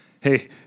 Hey